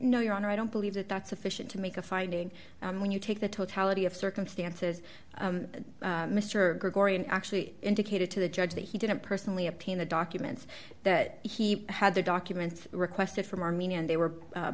honor i don't believe that that's sufficient to make a finding when you take the totality of circumstances mr grigori and actually indicated to the judge that he didn't personally obtain the documents that he had the documents requested from armenia and they were